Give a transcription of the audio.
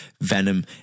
Venom